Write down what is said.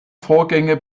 vorgänge